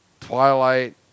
Twilight